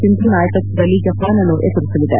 ಸಿಂಧು ನಾಯಕತ್ನದಲ್ಲಿ ಜಪಾನ್ ಅನ್ನು ಎದುರಿಸಲಿದೆ